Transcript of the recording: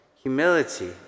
humility